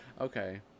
okay